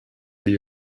die